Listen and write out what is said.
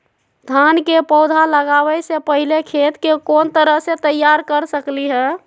धान के पौधा लगाबे से पहिले खेत के कोन तरह से तैयार कर सकली ह?